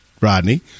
Rodney